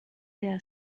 der